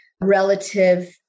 relative